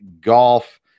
Golf